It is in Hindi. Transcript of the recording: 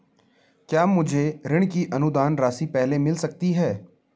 क्या मुझे ऋण की अनुदान राशि पहले मिल सकती है?